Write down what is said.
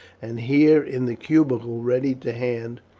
and here, in the cubicule, ready to hand,